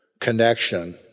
connection